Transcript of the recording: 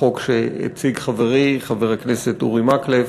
החוק שהציג חברי חבר הכנסת אורי מקלב